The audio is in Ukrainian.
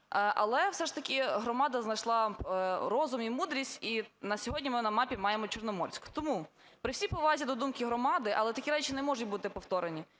але все ж таки громада знайшла розум і мудрість, і на сьогодні ми на мапі маємо Чорноморськ. Тому, при всій повазі до думки громади, але такі речі не можуть бути повторені,